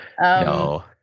no